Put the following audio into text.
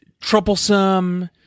troublesome